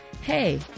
Hey